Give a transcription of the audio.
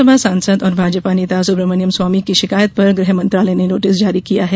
राज्यसभा सांसद और भाजपा नेता सुब्रमण्यम स्वामी की शिकायत पर गृह मंत्रालय ने नोटिस जारी किया है